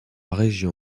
région